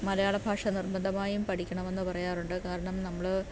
മലയാളഭാഷ നിർബന്ധമായും പഠിക്കണമെന്ന് പറയാറുണ്ട് കാരണം നമ്മൾ